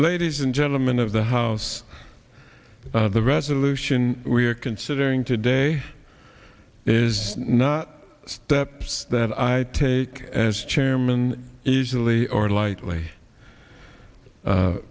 ladies and gentlemen of the house the resolution we are considering today is not steps that i take as chairman usually or lightly